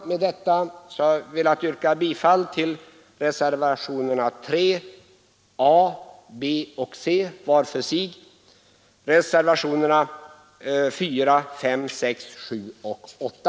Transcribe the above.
Med det anförda yrkar jag bifall till reservationen 3, punkterna a, b och c var för sig samt reservationerna 4, 5, 6, 7 och 8.